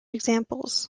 examples